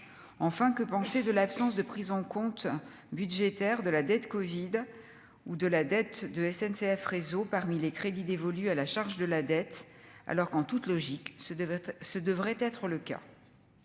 enfin, que penser de l'absence de prise en compte budgétaires de la dette Covid ou de la dette de SNCF, réseau parmi les crédits dévolus à la charge de la dette, alors qu'en toute logique, ce devrait être, ce